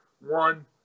one